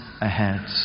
ahead